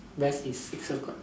best is six O-clock